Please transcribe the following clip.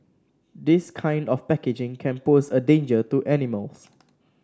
this kind of packaging can pose a danger to animals